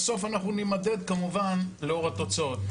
בסוף, אנחנו נימדד כמובן לאור התוצאות.